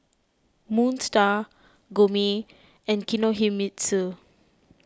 Moon Star Gourmet and Kinohimitsu